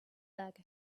bag